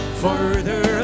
further